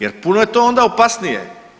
Jer puno je to onda opasnije.